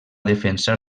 defensar